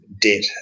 debt